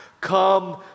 come